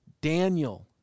Daniel